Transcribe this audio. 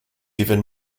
even